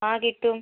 ആ കിട്ടും